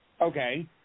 Okay